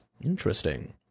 Interesting